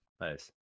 Nice